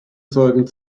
zeugen